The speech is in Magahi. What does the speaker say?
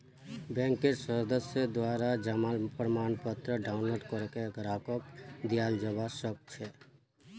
बैंकेर सदस्येर द्वारा जमा प्रमाणपत्र डाउनलोड करे ग्राहकक दियाल जबा सक छह